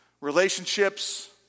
relationships